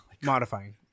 Modifying